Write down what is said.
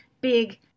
big